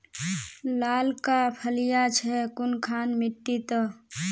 लालका फलिया छै कुनखान मिट्टी त?